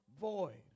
void